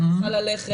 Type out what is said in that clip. לא הייתי צריכה ללכת